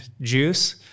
juice